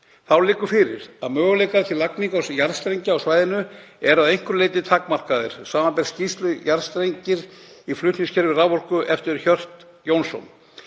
Þá liggur fyrir að möguleikar til lagningar jarðstrengja á svæðinu eru að einhverju leyti takmarkaðir, sbr. skýrsluna Jarðstrengir í flutningskerfi raforku eftir Hjört Jóhannsson.